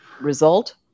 result